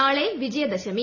നാളെ വിജയദശമി